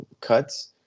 cuts